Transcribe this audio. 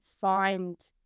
find